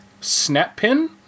Snappin